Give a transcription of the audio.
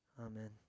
Amen